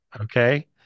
Okay